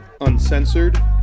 uncensored